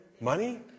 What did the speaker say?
Money